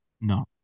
No